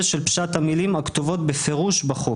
של פשט המילים הכתובות בפירוש בחוק.